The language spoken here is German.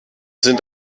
sind